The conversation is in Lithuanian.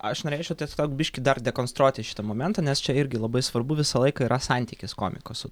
aš norėčiau tiesiog biškį dar dekonstruoti šitą momentą nes čia irgi labai svarbu visą laiką yra santykis komiko su